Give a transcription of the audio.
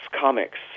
comics